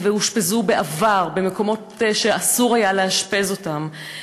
ואושפזו בעבר במקומות שאסור היה לאשפז אותן,